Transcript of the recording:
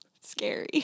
scary